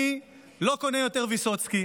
אני לא קונה יותר ויסוצקי,